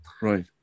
Right